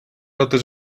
outras